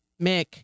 Mick